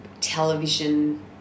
television